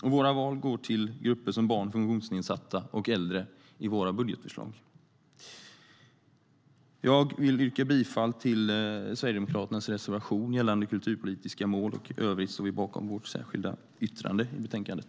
I våra budgetförslag är våra val grupper som barn, funktionsnedsatta och äldre. Jag vill yrka bifall till Sverigedemokraternas reservation gällande kulturpolitiska mål. I övrigt står vi bakom vårt särskilda yttrande i betänkandet.